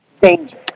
Danger